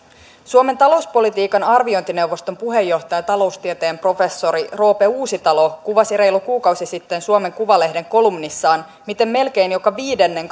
suomen talouspolitiikan arviointineuvoston puheenjohtaja taloustieteen professori roope uusitalo kuvasi reilu kuukausi sitten suomen kuvalehden kolumnissaan miten melkein joka viidennen